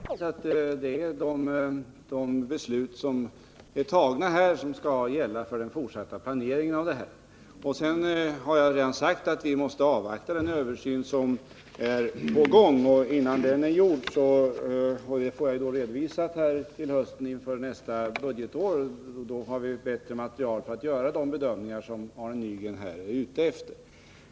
Fru talman! Jag vill först gärna stryka under det som Arne Nygren själv läste upp, där arbetsmarknadsutskottet pekar på hur riksdagen har sett på denna fråga och vilka direktiv som därmed gäller för AMS i den fortsatta verksamheten. Jag förutsätter naturligtvis att de beslut som har fattats här skall gälla för den fortsatta planeringen. Jag har redan sagt att vi måste avvakta den översyn som är på gång. Den får jag redovisad i höst inför nästa budgetår, och då har vi bättre material för att göra de bedömningar som Arne Nygren här är ute efter.